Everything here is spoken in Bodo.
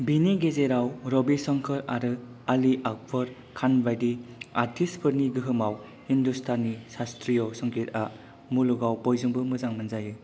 बिनि गेजेराव रबिशंकर आरो आली आकबर खानबादि आर्टिस्टफोरनि गोहोमाव हिन्दुस्तानी शास्त्रीय संगीतआ मुलुगआव बयजोंबो मोजां मोनजायो